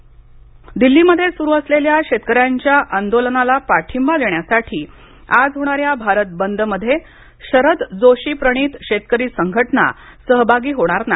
कृषी शेतकरी संघटना दिल्लीमध्ये सुरू असलेल्या शेतकऱ्यांच्या आंदोलनाला पाठिंबा देण्यासाठी आज होणाऱ्या भारत बंदमध्ये शरद जोशी प्रणीत शेतकरी संघटना सहभागी होणार नाही